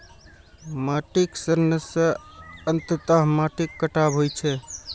माटिक क्षरण सं अंततः माटिक कटाव होइ छै